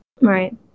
right